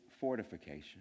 fortification